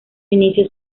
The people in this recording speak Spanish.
inicio